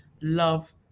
love